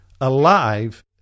alive